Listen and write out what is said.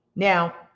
Now